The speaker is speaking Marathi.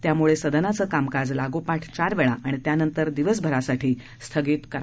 त्यामुळे सदनाचं कामकाज लागोपाठ चार वेळा आणि त्यानंतर दिवसभरासाठी स्थगित करावं लागलं